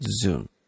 Zoom